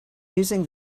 using